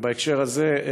ובהקשר הזה,